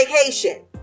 vacation